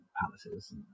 palaces